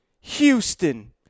Houston